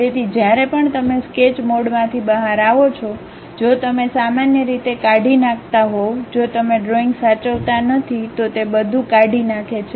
તેથી જ્યારે પણ તમે સ્કેચ મોડમાંથી બહાર આવો છો જો તમે સામાન્ય રીતે કાઢી નાખતા હોવ જો તમે ડ્રોઇંગ સાચવતા નથી તો તે બધું કાઢી નાખે છે